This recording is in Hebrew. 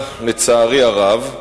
לצערי הרב,